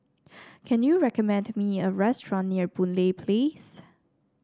can you recommend me a restaurant near Boon Lay Place